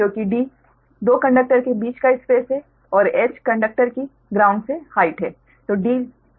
क्योंकि d 2 conductor के बीच का स्पेस है और h कंडक्टर की ग्राउंड से हाइट है